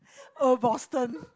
oh Boston